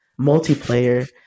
multiplayer